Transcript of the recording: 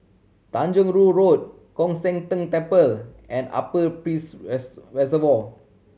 Tanjong Rhu Road Koon Seng Ting Temple and Upper Peirce Reservoir